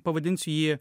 pavadinsiu jį